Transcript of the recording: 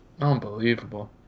unbelievable